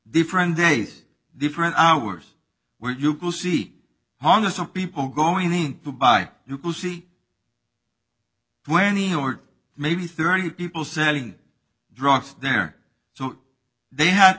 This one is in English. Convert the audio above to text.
different days different hours where you could see some people going in to buy you could see twenty or maybe thirty people selling drugs there so they had